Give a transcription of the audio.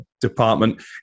department